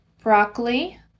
Broccoli